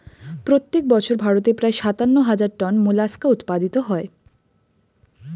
প্রত্যেক বছর ভারতে প্রায় সাতান্ন হাজার টন মোলাস্কা উৎপাদিত হয়